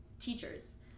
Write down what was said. Teachers